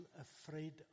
afraid